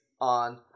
on